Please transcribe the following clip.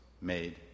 made